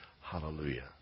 Hallelujah